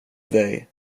dig